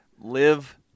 Live